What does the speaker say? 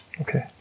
Okay